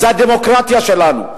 זה הדמוקרטיה שלנו,